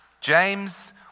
James